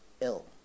ill